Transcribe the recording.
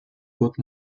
год